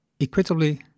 equitably